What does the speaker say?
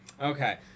Okay